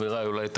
נדמה לי.